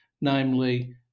namely